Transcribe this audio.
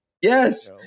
Yes